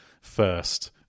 first